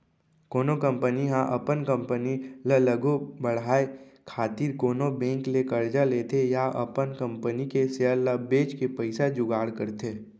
कोनो कंपनी ह अपन कंपनी ल आघु बड़हाय खातिर कोनो बेंक ले करजा लेथे या अपन कंपनी के सेयर ल बेंच के पइसा जुगाड़ करथे